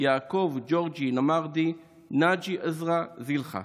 יעקב ג'ורג'י נאמרדי ונאג'י עזרא זילכה.